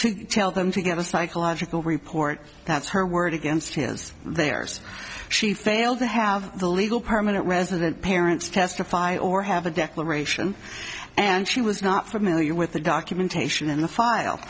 to tell them to get a psychological report that's her word against his there's she failed to have the legal permanent resident parents testify or have a declaration and she was not familiar with the documentation in the file